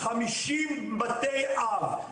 50 בתי אב,